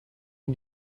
can